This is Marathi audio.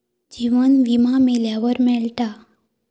जीवन विमा मेल्यावर मिळता